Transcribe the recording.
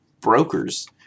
brokers